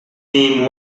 him